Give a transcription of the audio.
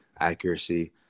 accuracy